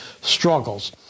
struggles